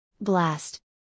Blast